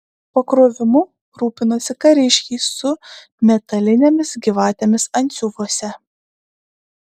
pakrovimu rūpinosi kariškiai su metalinėmis gyvatėmis antsiuvuose